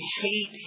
hate